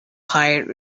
hired